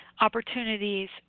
opportunities